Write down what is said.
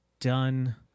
done